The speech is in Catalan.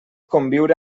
conviure